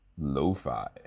lo-fi